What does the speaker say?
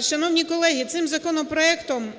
Шановні колеги, цим законопроектом